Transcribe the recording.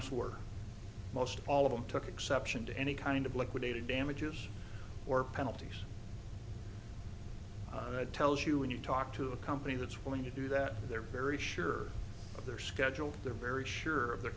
work most all of them took exception to any kind of liquidated damages or penalties that tells you when you talk to a company that's when you do that they're very sure of their schedule they're very sure of the